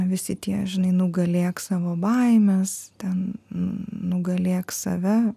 visi tie žinai nugalėk savo baimes ten nugalėk save